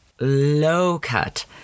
low-cut